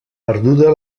perduda